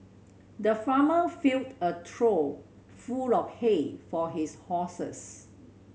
the farmer filled a trough full of hay for his horses